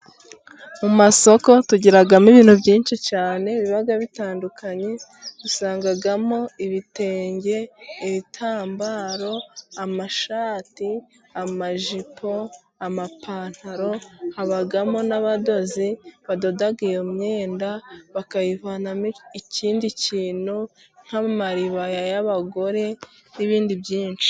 Mu masoko tugiramo ibintu byinshi cyane biba bitandukanye, dusangamo ibitenge, ibitambaro, amashati, amajipo, amapantaro, habamo n'abadozi badoda iyo myenda, bakayivanamo ikindi kintu, nk'amaribaya y'abagore, n'ibindi byinshi.